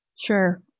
Sure